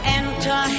enter